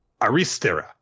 Aristera